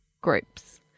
groups